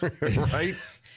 right